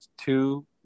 two –